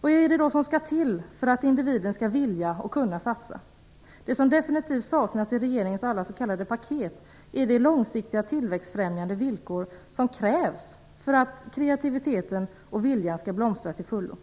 Vad är det då som skall till för att individen skall vilja och kunna satsa. Det som definitivt saknas i regeringens alla s.k. paket är de långsiktiga tillväxtfrämjande villkor som krävs för att kreativiteten och viljan skall blomstra till fullo.